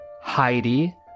Heidi